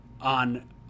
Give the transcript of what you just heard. on